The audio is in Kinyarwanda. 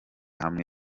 hamwe